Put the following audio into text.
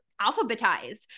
alphabetized